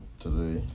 today